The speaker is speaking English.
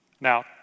Now